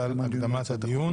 התשפ"ב-2021 (מ/1479).